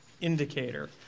indicator